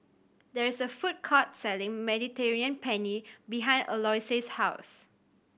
there is a food court selling Mediterranean Penne behind Eloise's house